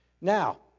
Now